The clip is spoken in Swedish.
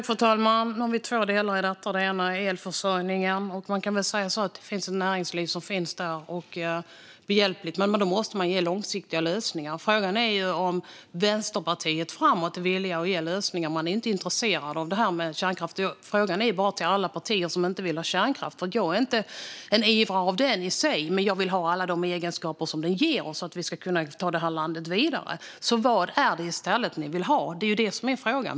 Fru talman! Nu har vi två delar i detta. Den ena är elförsörjningen. Där finns ett näringsliv som är behjälpligt, men då måste man ge långsiktiga lösningar. Frågan är om Vänsterpartiet framåt är villiga att ge lösningar. Man är ju inte intresserade av kärnkraft. Frågan går till alla partier som inte vill ha kärnkraft. Jag är inte en ivrare för den i sig, men jag vill ha alla de egenskaper den ger oss så att vi kan ta det här landet vidare. Vad är det ni vill ha i stället? Det är det som är frågan.